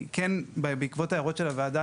בעקבות ההערות של הוועדה,